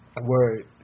word